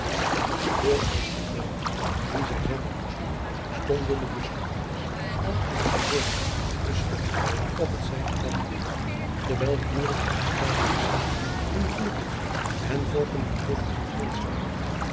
stil als de dood dien zij zenden moesten stonden de muskettiers elk achter een boomstam beschut op het sein te wachten terwijl de boeren op den steiger geschaard hunne knuppels en vorken met drift in t rond zwaaiden